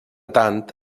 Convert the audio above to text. tant